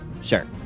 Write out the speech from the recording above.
Sure